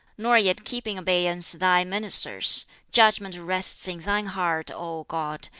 nor yet keep in abeyance thy ministers. judgment rests in thine heart, o god.